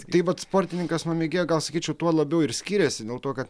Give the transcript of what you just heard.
tai vat sportininkas nuo mėgėjo gal sakyčiau tuo labiau ir skiriasi dėl to kad